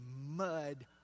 mud